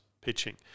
pitching